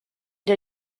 den